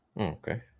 Okay